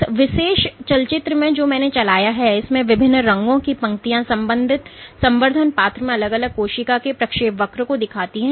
इस विशेष चलचित्र में जो मैंने चलाया है इसमें विभिन्न रंगों की पंक्तियां संवर्धन पात्र में अलग अलग कोशिका के प्रक्षेपवक्र को दिखाती है